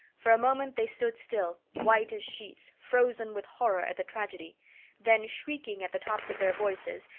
for a moment they stood still, white as sheets, frozen with horror at the tragedy then, shrieking at the tops of their voices,